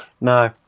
no